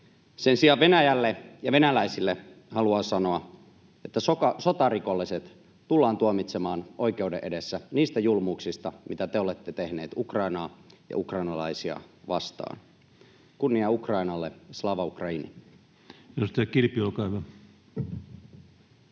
Sen sijaan Venäjälle ja venäläisille haluan sanoa, että sotarikolliset tullaan tuomitsemaan oikeuden edessä niistä julmuuksista, mitä te olette tehneet Ukrainaa ja ukrainalaisia vastaan. Kunnia Ukrainalle, slava Ukraini!